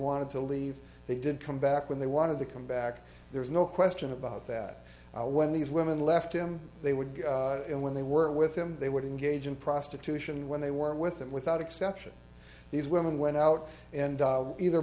wanted to leave they didn't come back when they wanted to come back there's no question about that when these women left him they would when they were with him they would engage in prostitution when they were with them without exception these women went out and either